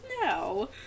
No